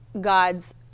God's